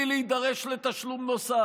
ולא יידרש לתשלום נוסף"